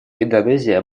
индонезия